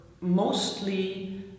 mostly